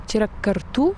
čia yra kartų